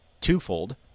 twofold